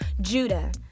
Judah